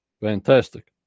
Fantastic